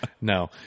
No